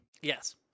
Yes